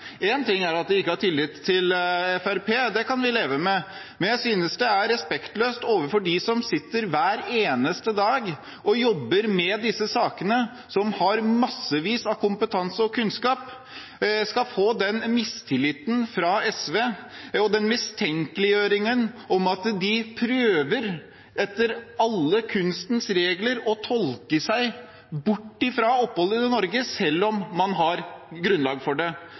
ting er at de ikke har tillit til Fremskrittspartiet – det kan vi leve med – men jeg synes det er respektløst overfor dem som hver eneste dag sitter og jobber med disse sakene, og som har massevis av kompetanse og kunnskap, å få den mistilliten og mistenkeliggjøringen fra SV om at de prøver, etter alle kunstens regler, å tolke seg bort fra å gi opphold i Norge selv om det er grunnlag for det.